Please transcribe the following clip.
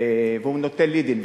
והוא נותן לי דין-וחשבון.